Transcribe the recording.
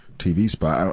tv spot,